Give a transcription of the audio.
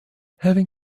having